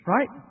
Right